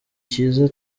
cyiza